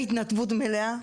בהתנדבות מלאה,